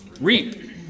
Reap